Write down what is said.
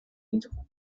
ditugu